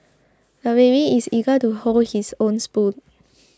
the baby is eager to hold his own spoon